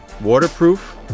Waterproof